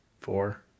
four